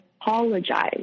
apologize